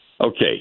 Okay